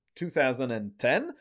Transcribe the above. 2010